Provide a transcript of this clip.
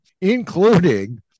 including